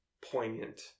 poignant